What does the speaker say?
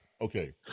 Okay